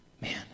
man